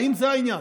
האם זה העניין?